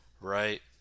right